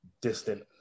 distant